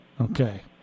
Okay